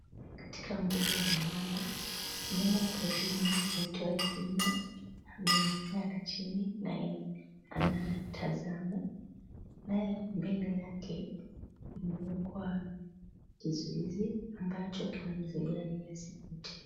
Katika mbuga la nyama, wanyama wa porini aitwae simba amelala chini naye anatazama. Naye mbele yake umewekwa vizuizi ambacho kinamzuia ye asipite.